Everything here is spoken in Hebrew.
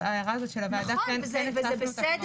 זה בסדר.